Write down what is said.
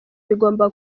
bigomba